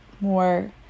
more